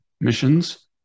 missions